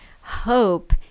hope